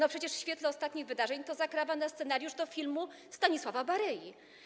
No przecież w świetle ostatnich wydarzeń to zakrawa na scenariusz filmu Stanisława Barei.